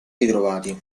ritrovati